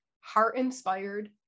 heart-inspired